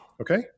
Okay